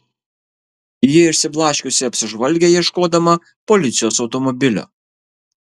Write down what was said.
ji išsiblaškiusi apsižvalgė ieškodama policijos automobilio